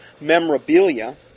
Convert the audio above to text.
memorabilia